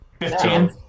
Fifteen